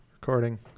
recording